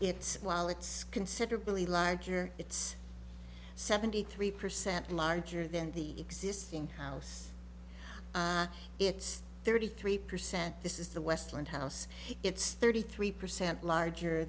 it's while it's considerably larger it's seventy three percent larger than the existing house it's thirty three percent this is the westland house it's thirty three percent larger